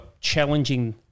challenging